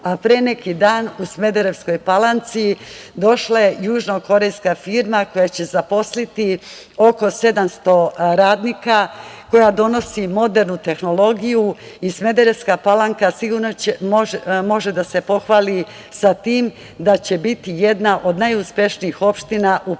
a pre neki dan u Smederevskoj Palanci došla je južnokorejska firma koja će zaposliti oko 700 radnika, koja donosi modernu tehnologiju i Smederevska Palanka sigurno može da se pohvali sa tim da će biti jedna od najuspešnijih opština u podunavskoj